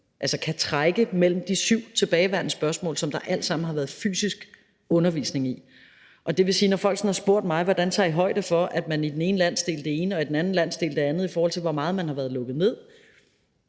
alene kan trække et af de syv tilbageværende spørgsmål, der alle sammen har været fysisk undervisning i. Så når folk har spurgt mig, hvordan vi tager højde for, at man i den ene landsdel gør det ene, og i den anden landsdel det andet, i forhold til hvor meget man har været lukket ned,